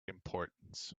importance